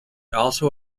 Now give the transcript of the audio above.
also